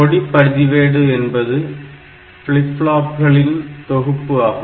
கொடி பதிவேடு என்பது ஃபிளிப் ஃப்ளாப்களின் தொகுப்பு ஆகும்